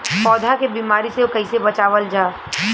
पौधा के बीमारी से कइसे बचावल जा?